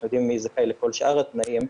אנחנו יודעים מי זכאי לכל שאר התנאים,